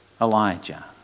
Elijah